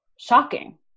shocking